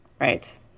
Right